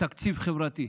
"תקציב חברתי",